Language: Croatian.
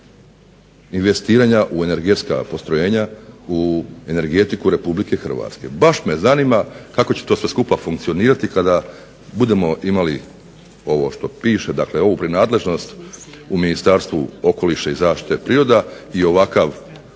investiranja u energetska postrojenja, u energetiku RH. Baš me zanima kako će to sve skupa funkcionirati kada budemo imali ovo što piše, dakle ovu bi nadležnost u Ministarstvu okoliša i zaštite prirode i ovakav